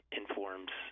informs